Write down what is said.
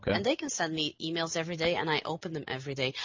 and they can send me emails everyday and i open them everyday.